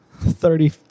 thirty